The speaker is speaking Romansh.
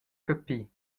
capir